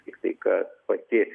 tiktai kad pati